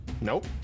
Nope